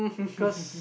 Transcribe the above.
cause